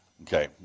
Okay